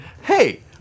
hey